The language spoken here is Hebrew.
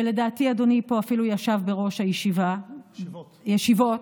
ולדעתי אדוני פה אפילו ישב בראש הישיבה, ישיבות.